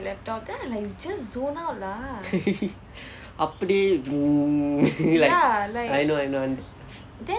அப்படியே:appadiye like I know I know